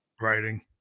writing